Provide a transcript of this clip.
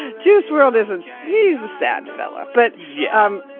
ah juice wrld is and yeah he's a sad fella, but. yeah